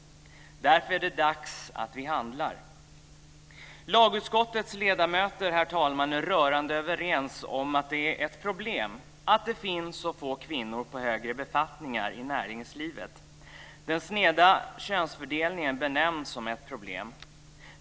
Därför är det dags handla! Herr talman! Lagutskottets ledamöter är rörande överens om att det är ett problem att det finns så få kvinnor i högre befattningar i näringslivet. Den sneda könsfördelningen benämns som ett problem.